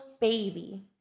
baby